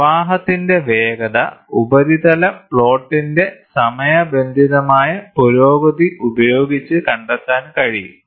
പ്രവാഹത്തിന്റെ വേഗത ഉപരിതല പ്ലോട്ടിന്റെ സമയബന്ധിതമായ പുരോഗതി ഉപയോഗിച്ച് കണ്ടെത്താൻ കഴിയും